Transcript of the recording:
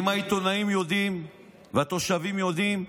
אם העיתונאים יודעים והתושבים יודעים,